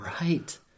right